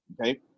okay